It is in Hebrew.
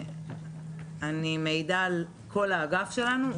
אני מעידה על כל האגף שלנו.